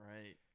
Right